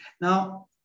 Now